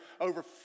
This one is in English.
over